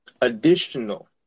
additional